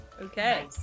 okay